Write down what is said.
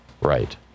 Right